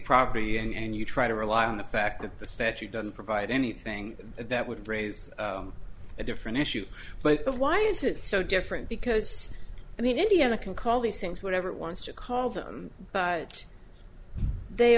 property and you try to rely on the fact that the statute doesn't provide anything that would raise a different issue but why is it so different because i mean indiana can call these things whatever it wants to call them but they